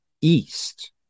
east